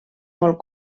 molt